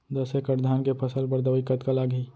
दस एकड़ धान के फसल बर दवई कतका लागही?